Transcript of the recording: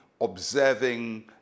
observing